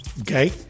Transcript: Okay